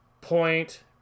Point